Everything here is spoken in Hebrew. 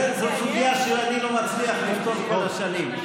זו סוגיה שאני לא מצליח לפתור כבר שנים.